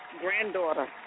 granddaughter